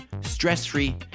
stress-free